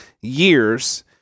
years